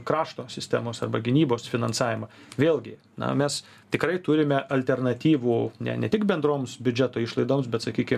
krašto sistemos arba gynybos finansavimą vėlgi na mes tikrai turime alternatyvų ne ne tik bendroms biudžeto išlaidoms bet sakykime